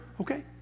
Okay